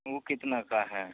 वह कितने का है